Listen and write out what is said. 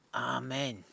Amen